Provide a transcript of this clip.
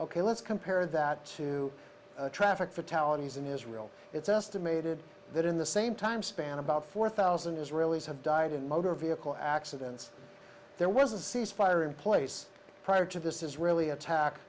ok let's compare that to traffic fatalities in israel it's estimated that in the same time span about four thousand israelis have died in motor vehicle accidents there was a cease fire in place prior to this is really attack